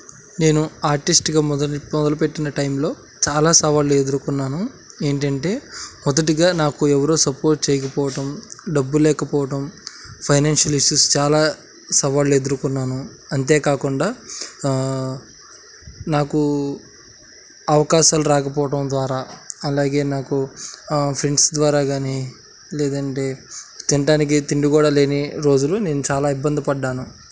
నేను ఆర్టిస్ట్గా మొదలుపెట్టిన టైమ్లో చాలా సవాళ్ళు ఎదురుకున్నాను ఏమిటి అంటే మొదటిగా నాకు ఎవరూ సపోర్ట్ చేయకపోవడం డబ్బులు లేకపోవడం ఫైనాన్షియల్ ఇష్యూస్ చాలా సవాళ్ళు ఎదురుకున్నాను అంతేకాకుండా నాకు అవకాశాలు రాకపోవడం ద్వారా అలాగే నాకు ఫ్రెండ్స్ ద్వారా కానీ లేదు అంటే తినడానికి తిండి కూడా లేని రోజులు నేను చాలా ఇబ్బంది పడ్డాను